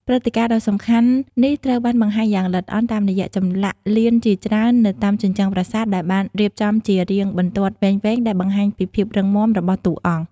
ព្រឹត្តិការណ៍ដ៏សំខាន់នេះត្រូវបានបង្ហាញយ៉ាងល្អិតល្អន់តាមរយៈចម្លាក់លៀនជាច្រើននៅតាមជញ្ជាំងប្រាសាទដែលបានរៀបចំជារាងបន្ទាត់វែងៗដែលបង្ហាញពីភាពរឹងមាំរបស់តួអង្គ។